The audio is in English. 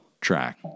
track